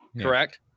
correct